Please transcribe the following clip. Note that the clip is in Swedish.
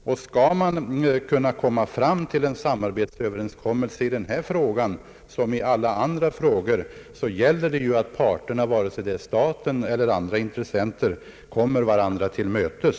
Och skall man kunna komma fram till en samarbetsöverenskommelse i den här frågan så gäller det ju — här som i alla andra frågor — att parterna, oavsett om staten är en av intressenterna eller icke, kommer varandra till mötes.